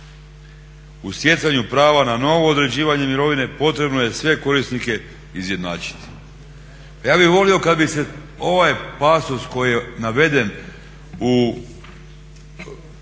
U stjecanju prava na novo određivanje mirovine potrebno je sve korisnike izjednačiti. Ja bih volio kad bi se ovaj pasus koji je naveden na